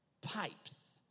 pipes